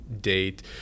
date